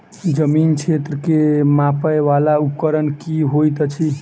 जमीन क्षेत्र केँ मापय वला उपकरण की होइत अछि?